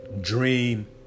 Dream